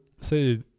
say